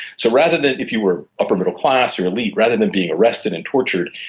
so rather than, if you were upper middle class or elite, rather than being arrested and tortured,